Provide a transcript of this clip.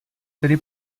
tedy